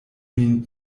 min